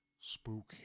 spooky